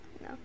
no